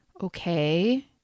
okay